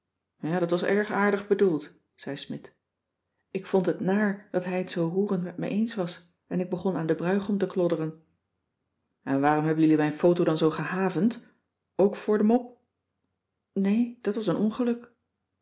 ja dat was erg aardig bedoeld zei smidt ik vond het naar dat hij het zoo roerend me eens was en ik begon aan den bruigom te klodderen en waarom heb jullie mijn foto dan zoo gehavend ook voor de mop nee dat was een ongeluk